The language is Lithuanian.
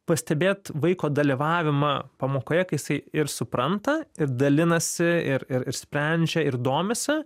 pastebėt vaiko dalyvavimą pamokoje kai jisai ir supranta ir dalinasi ir ir ir sprendžia ir domisi